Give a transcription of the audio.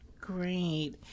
Great